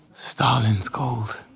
stalin's called.